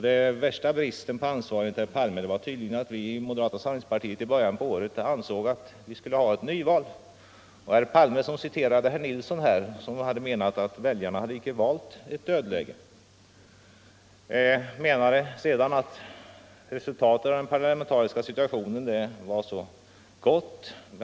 Den värsta bristen på ansvar, enligt herr Palme, var tydligen att vi i moderata samlingspartiet i början på året ansåg att vi skulle ha ett nyval. Herr Palme citerade herr Torsten Nilsson, som hade anfört att väljarna inte hade Nr 134 valt ett dödläge: Herr Palme sade södan att resultatet av den parlamen Onsdagen den tariska situationen var gott.